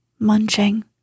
Munching